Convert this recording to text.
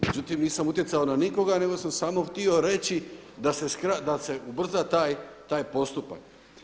Međutim, nisam utjecao na nikoga, nego sam samo htio reći da se ubrza taj postupak.